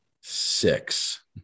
six